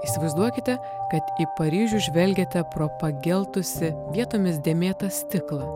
įsivaizduokite kad į paryžių žvelgiate pro pageltusi vietomis dėmėtą stiklą